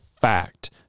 fact